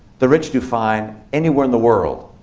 the rich do fine anywhere in the world.